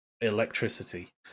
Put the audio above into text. electricity